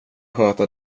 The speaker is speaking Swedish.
sköta